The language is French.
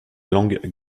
langues